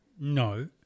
No